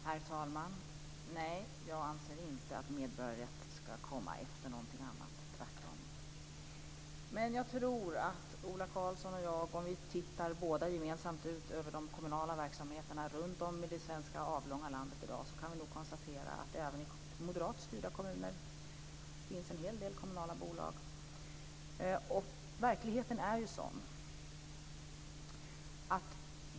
Herr talman! Nej, jag anser inte att medborgarrätt skall komma efter någonting annat, tvärtom. Men jag tror att Ola Karlsson och jag, om vi i dag tittar på de kommunala verksamheterna runt om i Sveriges avlånga land, kan konstatera att det även i moderat styrda kommuner finns en hel del kommunala bolag. Verkligheten är ju sådan.